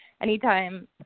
anytime